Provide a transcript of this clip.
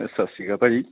ਸਤਿ ਸ਼੍ਰੀ ਅਕਾਲ ਭਾਅ ਜੀ